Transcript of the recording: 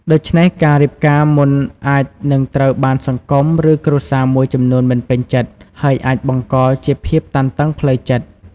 ដូច្នេះការរៀបការមុនអាចនឹងត្រូវបានសង្គម ឬគ្រួសារមួយចំនួនមិនពេញចិត្ត ហើយអាចបង្កជាភាពតានតឹងផ្លូវចិត្ត។